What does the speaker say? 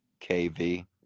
kv